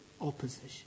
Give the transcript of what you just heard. opposition